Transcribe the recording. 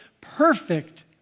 perfect